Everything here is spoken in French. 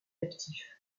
captifs